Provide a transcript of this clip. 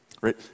right